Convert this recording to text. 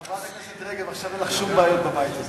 חברת הכנסת רגב, עכשיו אין לך שום בעיות בבית הזה.